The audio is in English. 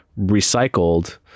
recycled